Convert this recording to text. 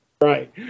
right